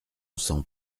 sent